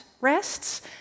rests